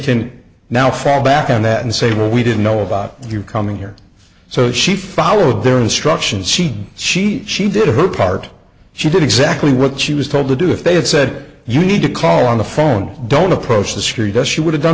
can now fact back on that and say well we didn't know about your coming here so she followed their instructions she she she did her part she did exactly what she was told to do if they had said you need to call on the phone don't approach the street does she would have done